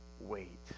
wait